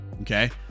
Okay